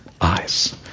eyes